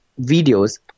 videos